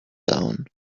down